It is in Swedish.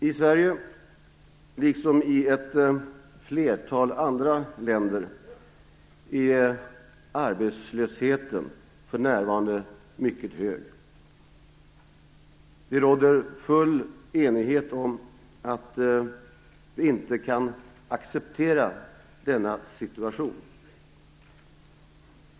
I Sverige, liksom i ett flertal andra länder, är arbetslösheten för närvarande mycket hög. Det råder full enighet om att vi inte kan acceptera denna situation.